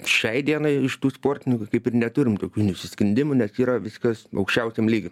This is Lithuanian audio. šiai dienai iš tų sportininkų kaip ir neturim tokių nusiskundimų nes yra viskas aukščiausiam lygy